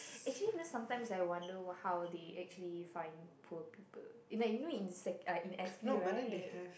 actually you know sometimes I wonder w~ how they actually find poor people and like you know in sec~ uh in S_P right